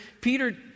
peter